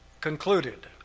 concluded